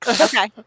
Okay